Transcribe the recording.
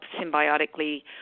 symbiotically